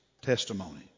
testimony